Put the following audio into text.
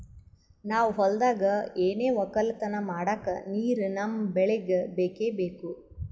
ನಾವ್ ಹೊಲ್ದಾಗ್ ಏನೆ ವಕ್ಕಲತನ ಮಾಡಕ್ ನೀರ್ ನಮ್ ಬೆಳಿಗ್ ಬೇಕೆ ಬೇಕು